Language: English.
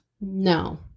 No